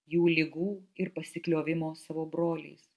jų ligų ir pasikliovimo savo broliais